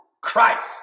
Christ